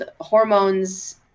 hormones